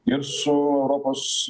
ir su europos